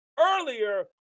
earlier